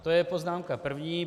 To je poznámka první.